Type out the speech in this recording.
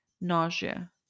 nausea